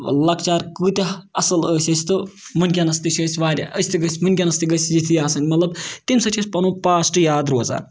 لۄکچار کۭتیٛاہ اَصٕل ٲسۍ أسۍ تہٕ وٕنۍکٮ۪نَس تہِ چھِ أسۍ واریاہ أسۍ تہِ گٔژھۍ وٕنۍکٮ۪نَس تہِ گٔژھۍ یِتھی آسٕنۍ مطلب تمہِ سۭتۍ چھِ أسۍ پَنُن پاسٹ یاد روزان